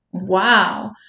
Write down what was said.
Wow